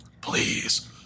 please